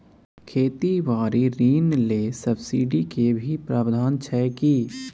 खेती बारी ऋण ले सब्सिडी के भी प्रावधान छै कि?